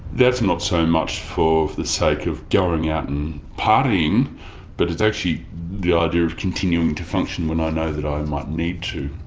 that's not so much for the sake of going out and partying but it's actually the idea of continuing to function when i know that i might need to.